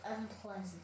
unpleasant